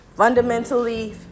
fundamentally